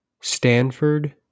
Stanford